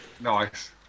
Nice